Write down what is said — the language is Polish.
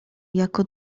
jako